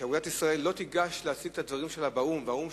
שאגודת ישראל לא תיגש להציג את הדברים שלה באו"ם.